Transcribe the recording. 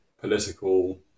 political